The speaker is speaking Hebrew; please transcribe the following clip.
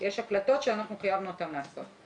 הנשלחת לצרכן בתקופה שתחילתה שלושה חודשים לפני מועד סיום